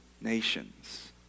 nations